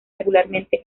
regularmente